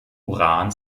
uran